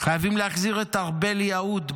חייבים להחזיר את ארבל יהוד,